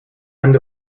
end